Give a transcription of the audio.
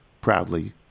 proudly